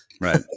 Right